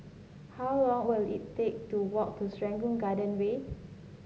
how long will it take to walk to Serangoon Garden Way